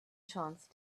chance